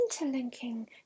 interlinking